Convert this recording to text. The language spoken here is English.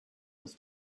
was